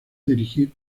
dirigir